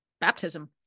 Baptism